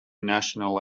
national